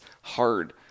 hard